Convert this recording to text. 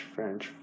French